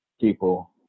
people